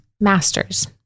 masters